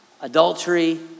adultery